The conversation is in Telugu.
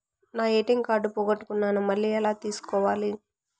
నా ఎ.టి.ఎం కార్డు పోగొట్టుకున్నాను, మళ్ళీ ఎలా తీసుకోవాలి?